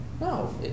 no